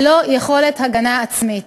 ללא יכולת הגנה עצמית.